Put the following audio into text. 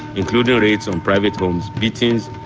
including raids on private homes, beatings,